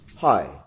Hi